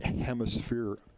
hemisphere